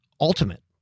ultimate